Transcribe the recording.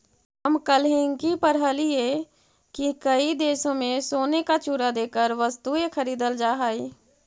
हम कल हिन्कि पढ़लियई की कई देशों में सोने का चूरा देकर वस्तुएं खरीदल जा हई